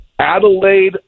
Adelaide